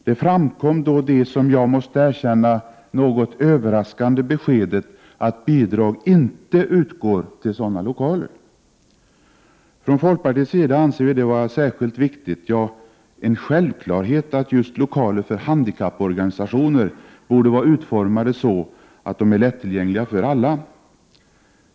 Då framkom det, som jag måste erkänna, något överraskande beskedet att bidrag inte utgår till sådana lokaler. Från folkpartiets sida anser vi det vara särskilt viktigt, ja, en självklarhet, att just lokaler för handikapporganisationer borde vara utformade så att de ärlättillgängliga för alla.